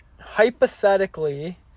hypothetically